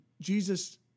Jesus